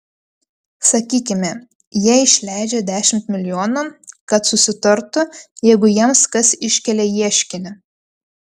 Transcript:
sakykime jie išleidžia dešimt milijonų kad susitartų jeigu jiems kas iškelia ieškinį